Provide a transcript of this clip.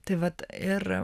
tai vat ir